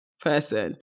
person